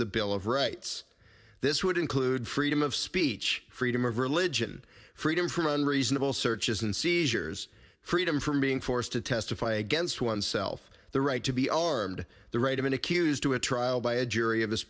the bill of rights this would include freedom of speech freedom of religion freedom from unreasonable searches and seizures freedom from being forced to testify against oneself the right to be armed the right of an accused to a trial by a jury of his